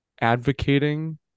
advocating